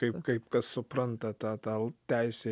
taip kaip kas supranta tą tau teisę